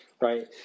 right